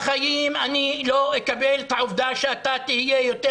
בחיים אני לא אקבל את העובדה שאתה תהיה יותר